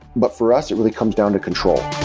but for us it really comes down to control